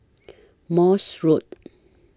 Morse Road